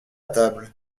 table